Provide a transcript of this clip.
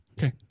okay